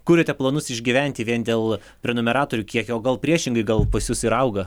kuriate planus išgyventi vien dėl prenumeratorių kiekio o gal priešingai gal pas jus ir auga